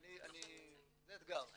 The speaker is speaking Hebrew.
זה האתגר.